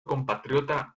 compatriota